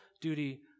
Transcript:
duty